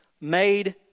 made